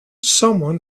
someone